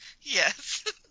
Yes